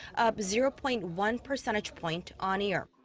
up zero point one percentage point on-year.